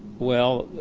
well,